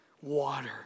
water